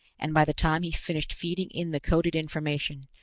and by the time he finished feeding in the coded information,